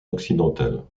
occidental